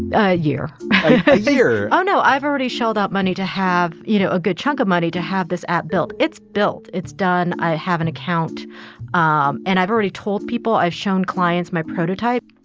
a year there. oh, no. i've already shelled out money to have, you know, a good chunk of money to have this app built. it's built. it's done. i have an account um and i've already told people i've shown clients my prototype.